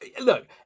Look